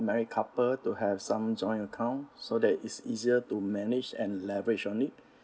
married couple to have some joint account so that it's easier to manage and leverage on it